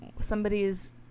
somebody's